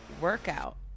workout